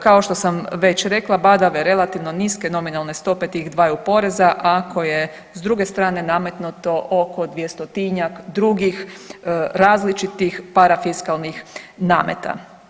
Kao što sam već rekla badava relativno niske nominalne stope tih dvaju poreza ako je s druge strane nametnuto oko dvjestotinjak drugih različitih parafiskalnih nameta.